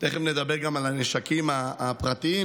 תכף נדבר גם על הנשקים הפרטיים,